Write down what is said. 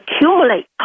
accumulate